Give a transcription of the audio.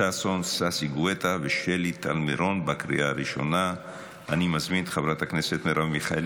אושרה בקריאה הראשונה ותעבור לדיון בוועדת החוץ